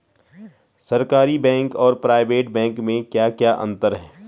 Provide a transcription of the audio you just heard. सरकारी बैंक और private bank में क्या क्या अंतर हैं?